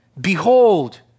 Behold